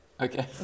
Okay